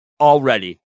already